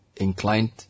Inclined